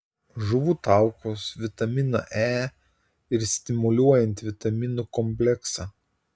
žuvų taukus vitaminą e ir stimuliuojantį vitaminų kompleksą